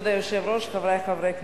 כבוד היושב-ראש, חברי חברי הכנסת,